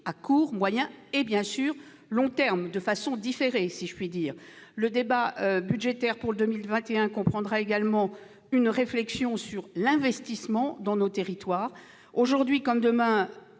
à court, à moyen et à long terme de façon différée, si je puis dire. Le débat budgétaire pour 2021 comprendra aussi une réflexion sur l'investissement dans nos territoires. Aujourd'hui comme demain,